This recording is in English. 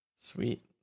Sweet